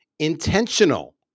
Intentional